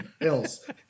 else